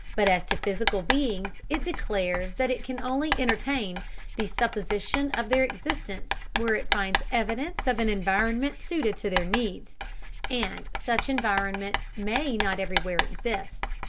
but as to physical beings, it declares that it can only entertain the supposition of their existence where it finds evidence of an environment suited to their needs and such environment may not everywhere exist.